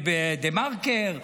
בדה-מרקר,